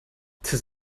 das